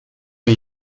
mir